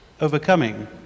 overcoming